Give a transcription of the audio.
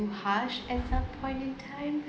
harsh at some point of time